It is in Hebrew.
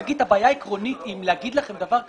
הבעיה העקרונית, אם לומר לכם דבר כזה,